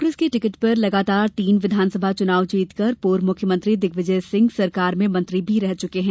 वे कांग्रेस के टिकट पर लगातार तीन विधानसभा चुनाव जीतकर पूर्व मुख्यमंत्री दिग्विजय सिंह सरकार में मंत्री भी रह चुके हैं